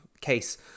case